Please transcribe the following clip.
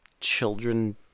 children